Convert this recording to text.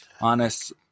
honest